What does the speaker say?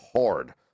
hard